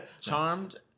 Charmed